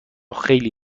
خیلی